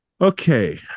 Okay